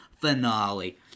finale